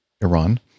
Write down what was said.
Iran